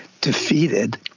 defeated